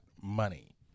money